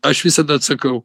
aš visada atsakau